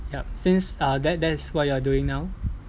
yup since uh that that is what you are doing now